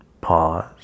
Pause